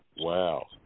Wow